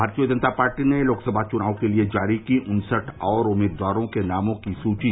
भारतीय जनता पार्टी ने लोकसभा चुनाव के लिए जारी की उन्सठ और उम्मीदवारों के नामों की सूची